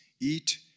eat